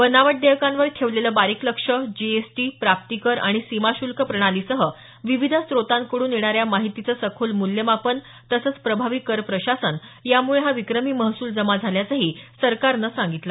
बनावट देयकांवर ठेवलेलं बारीक लक्ष जीएसटी प्राप्तीकर आणि सीमाश्ल्क प्रणालीसह विविध स्त्रोतांकडून येणाऱ्या माहितीचं सखोल मूल्यमापन तसंच प्रभावी कर प्रशासन यामुळे हा विक्रमी महसूल जमा झाल्याचंही सरकारनं सांगितलं